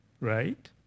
right